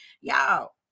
y'all